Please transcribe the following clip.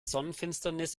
sonnenfinsternis